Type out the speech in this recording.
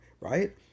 right